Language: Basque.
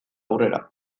aurrera